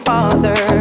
Father